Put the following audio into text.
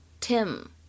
Tim